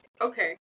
okay